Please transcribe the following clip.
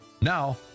Now